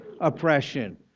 oppression